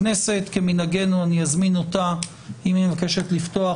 כמנהגנו אני אזמין אותה אם היא מבקשת לפתוח